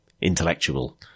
intellectual